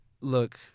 look